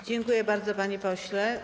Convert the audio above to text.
Dziękuję bardzo, panie pośle.